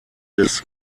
des